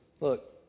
look